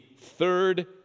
third